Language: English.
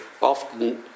often